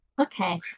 Okay